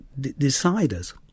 deciders